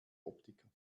optiker